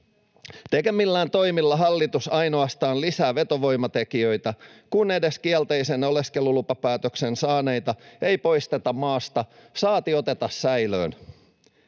Tekemillään toimilla hallitus ainoastaan lisää vetovoimatekijöitä, kun edes kielteisen oleskelulupapäätöksen saaneita ei poisteta maasta, saati oteta säilöön.